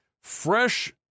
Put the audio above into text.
Fresh